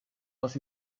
was